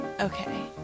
Okay